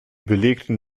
belegten